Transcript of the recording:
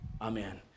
Amen